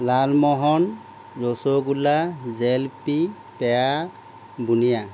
lalmohan rasgulla jalebi peda বুন্দিয়া